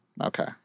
Okay